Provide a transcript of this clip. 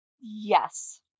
Yes